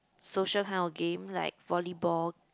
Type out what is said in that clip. social kind of game like volleyball